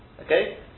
Okay